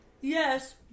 Yes